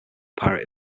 pirate